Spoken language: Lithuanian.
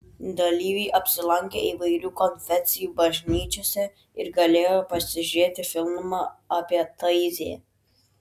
dalyviai apsilankė įvairių konfesijų bažnyčiose ir galėjo pasižiūrėti filmą apie taizė